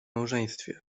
małżeństwie